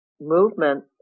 movement